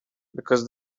because